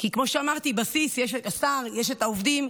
כי כמו שאמרתי, בסיס, יש את השר, יש את העובדים.